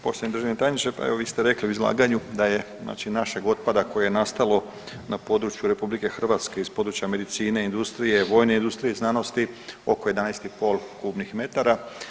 Poštovani državni tajniče, pa evo vi ste rekli u izlaganju da je znači našeg otpada koje je nastalo na području RH iz područja medicine, industrije, vojne industrije i znanosti oko 11,5 kubnih metara.